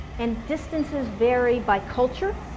and distances vary by culture